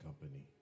Company